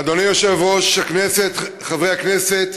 אדוני יושב-ראש הכנסת, חברי הכנסת,